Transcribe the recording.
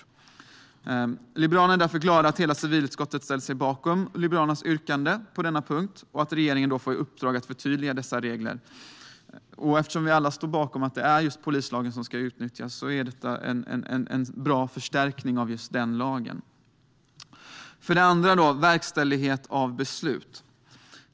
Vi i Liberalerna är därför glada att hela civilutskottet ställer sig bakom Liberalernas yrkande på denna punkt och att regeringen får i uppdrag att förtydliga dessa regler. Eftersom vi alla står bakom att det är just polislagen som ska utnyttjas är detta en bra förstärkning av just den lagen. För det andra ska jag tala om verkställighet av beslut.